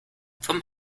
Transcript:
vom